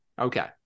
Okay